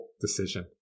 decision